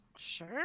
Sure